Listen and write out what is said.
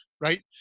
right